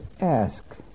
Ask